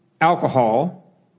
alcohol